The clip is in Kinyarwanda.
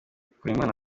bikorimana